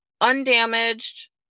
undamaged